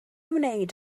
wneud